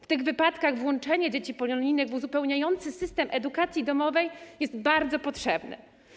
W tych wypadkach włączenie dzieci polonijnych w uzupełniający system edukacji domowej jest bardzo potrzebny.